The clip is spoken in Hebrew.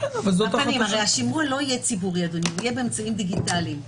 הרי השימוע לא יהיה ציבורי אלא באמצעים דיגיטליים.